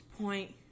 point